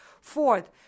Fourth